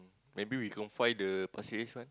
maybe we can find the pasir-ris one